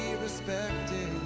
respected